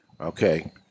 Okay